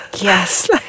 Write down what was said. Yes